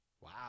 Wow